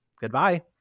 goodbye